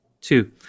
Two